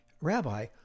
Rabbi